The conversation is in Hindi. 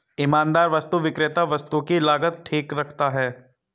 ईमानदार वस्तु विक्रेता वस्तु की लागत ठीक रखता है